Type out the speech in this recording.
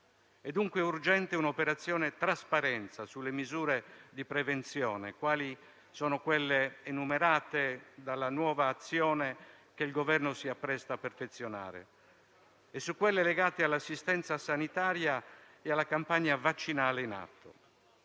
È dunque urgente un'operazione trasparenza sulle misure di prevenzione quali quelle enumerate dalla nuova azione che il Governo si appresta a perfezionare e su quelle legate all'assistenza sanitaria e alla campagna vaccinale in atto.